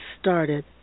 started